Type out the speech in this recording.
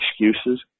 excuses